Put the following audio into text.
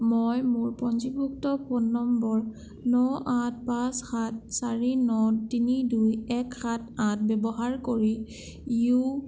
মই মোৰ পঞ্জীভুক্ত ফোন নম্বৰ ন আঠ পাঁচ সাত চাৰি ন তিনি দুই এক সাত আঠ ব্যৱহাৰ কৰি ইউ